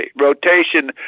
rotation